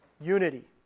unity